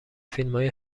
فیلمهای